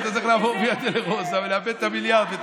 אתה צריך לעבור ויה דולורוזה ולאבד את המיליארד.